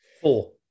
Four